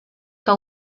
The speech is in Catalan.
que